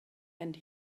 and